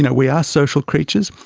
yeah we are social creatures.